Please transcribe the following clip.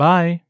Bye